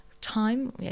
time